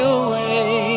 away